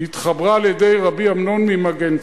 התחברה על-ידי רבי אמנון ממגנצא,